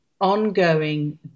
ongoing